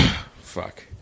fuck